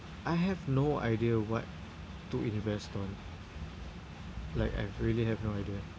I have no idea what to invest on like I really have no idea